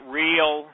real